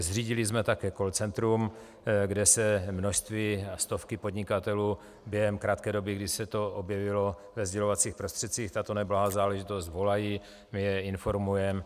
Zřídili jsme také call centrum, kde množství a stovky podnikatelů během krátké doby, kdy se to objevilo ve sdělovacích prostředcích, tato neblahá záležitost, volají, my je informujeme.